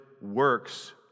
works